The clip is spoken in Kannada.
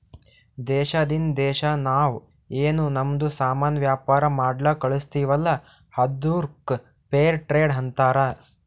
ದೇಶದಿಂದ್ ದೇಶಾ ನಾವ್ ಏನ್ ನಮ್ದು ಸಾಮಾನ್ ವ್ಯಾಪಾರ ಮಾಡ್ಲಕ್ ಕಳುಸ್ತಿವಲ್ಲ ಅದ್ದುಕ್ ಫೇರ್ ಟ್ರೇಡ್ ಅಂತಾರ